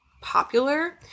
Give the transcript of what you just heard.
popular